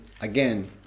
again